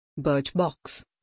Birchbox